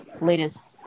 latest